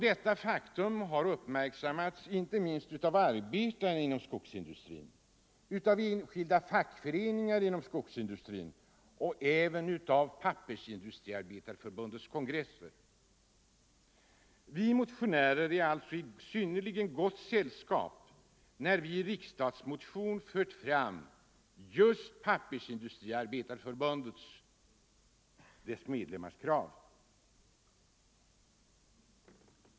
Detta faktum har uppmärksammats av arbetarna inom skogsindustrin, av enskilda fackföreningar = Vissa frågor inom skogsindustrin och även av Pappersindustriarbetareförbundets rörande skogsindukongresser. Vi motionärer är alltså i synnerligen gott sällskap när vi i = sStrin riksdagsmotion fört fram krav från Pappersindustriarbetarförbundets medlemmar.